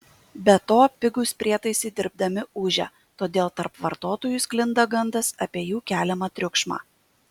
be to pigūs prietaisai dirbdami ūžia todėl tarp vartotojų sklinda gandas apie jų keliamą triukšmą